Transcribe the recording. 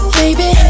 baby